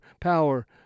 power